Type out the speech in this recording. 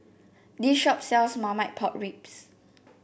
this shop sells Marmite Pork Ribs